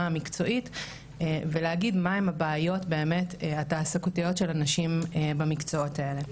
המקצועית ולהגין מה הן הבעיות באמת התעסוקתיות של הנשים במקצועות האלה.